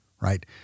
right